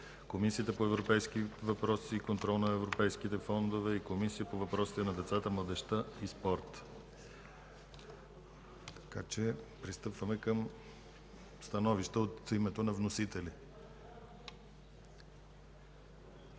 Комисията по европейските въпроси и контрол на европейските фондове и Комисията по въпросите на децата, младежта и спорта. Пристъпваме към становища от името на вносителите.